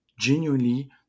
genuinely